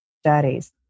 studies